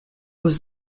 was